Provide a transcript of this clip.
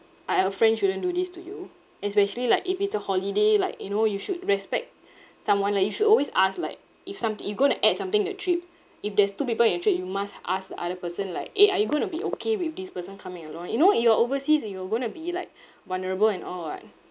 uh uh a friend shouldn't do this to you especially like if it's a holiday like you know you should respect someone like you should always ask like if something you going to add something to the trip if there's two people in the trip you must ask the other person like eh are you going to be okay with this person coming along you know you're overseas you will going to be like vulnerable and all [what]